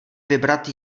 vybrat